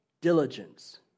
diligence